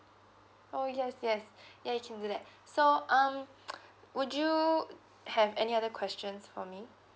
oh yes yes ya you can do that so um would you have any other questions for me